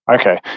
okay